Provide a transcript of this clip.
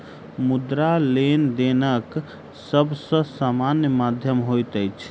मुद्रा, लेनदेनक सब सॅ सामान्य माध्यम होइत अछि